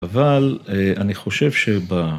אבל אני חושב שב...